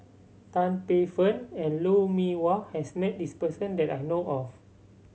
Tan Paey Fern and Lou Mee Wah has met this person that I know of